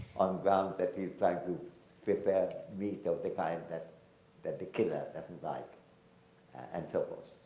on grounds that he's trying to prepare meat of the kind that that the killer doesn't like and so forth.